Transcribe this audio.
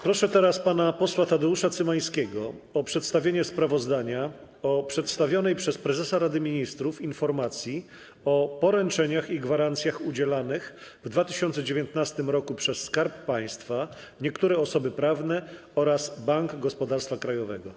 Proszę teraz pana posła Tadeusza Cymańskiego o przedstawienie sprawozdania o przedstawionej przez prezesa Rady Ministrów „Informacji o poręczeniach i gwarancjach udzielonych w 2019 roku przez Skarb Państwa, niektóre osoby prawne oraz Bank Gospodarstwa Krajowego”